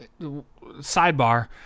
sidebar